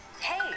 hey